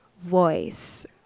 Voice